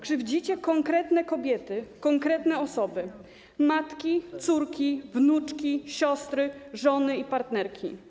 Krzywdzicie konkretne kobiety, konkretne osoby: matki, córki, wnuczki, siostry, żony i partnerki.